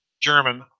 German